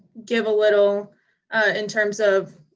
give a little in terms of,